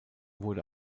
wurde